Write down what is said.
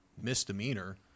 misdemeanor